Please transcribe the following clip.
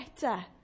better